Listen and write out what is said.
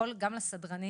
הפרוטוקולים וגם לסדרנים,